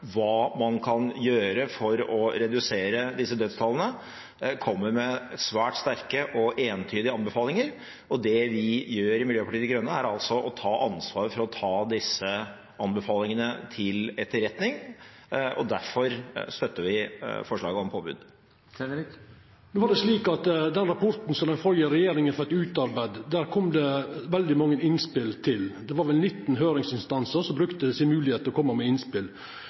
hva man kan gjøre for å redusere disse dødstallene, kommer med svært sterke og entydige anbefalinger. Det vi gjør i Miljøpartiet De Grønne, er å ta ansvar ved å ta disse anbefalingene til etterretning. Derfor støtter vi forslaget om påbud. No var det slik at den rapporten som den førre regjeringa fekk utarbeidd, kom det veldig mange innspel til. Det var vel 19 høyringsinstansar som nytta høvet til å koma med